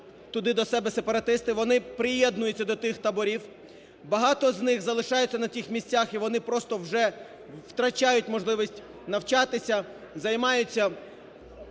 туди до себе сепаратисти, вони приєднуються до тих таборів, багато з них залишаються на тих місцях і вони просто вже втрачають можливість навчатися, займаються,